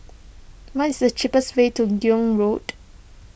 what is the cheapest way to Gul Road